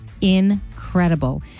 Incredible